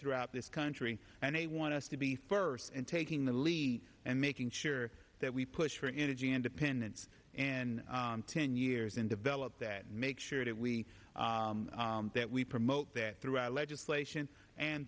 throughout this country and they want us to be first and taking the lead and making sure that we push for energy independence in ten years and develop that and make sure that we that we promote that through our legislation and